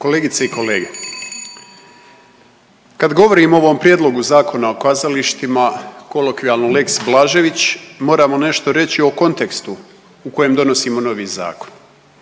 Kolegice i kolege, kad govorim o ovom Prijedlog Zakona o kazališta kolokvijalno lex Blažević moramo nešto reći o kontekstu u kojem donosimo novi zakon.